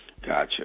Gotcha